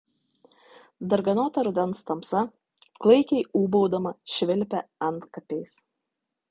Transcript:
darganota rudens tamsa klaikiai ūbaudama švilpia antkapiais